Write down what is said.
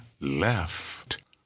left